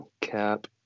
Cap